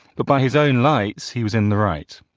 but by his own lights he was in the right.